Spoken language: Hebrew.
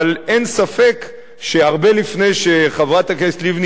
אבל אין ספק שהרבה לפני שחברת הכנסת לבני